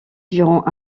durant